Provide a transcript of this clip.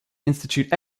institute